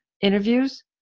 interviews